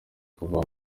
kuva